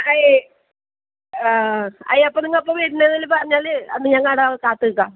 ആ അയി അപ്പം നിങ്ങൾ എപ്പം വരുന്നതെന്നെല്ലാം പറഞ്ഞാൽ അന്ന് ഞങ്ങൾ അവിടെ കാത്ത് നിൽക്കാം